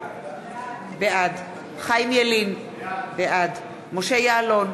בעד חיים ילין, בעד משה יעלון,